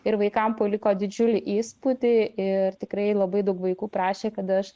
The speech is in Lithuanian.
ir vaikam paliko didžiulį įspūdį ir tikrai labai daug vaikų prašė kad aš